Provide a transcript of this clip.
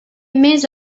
més